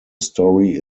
story